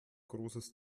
großes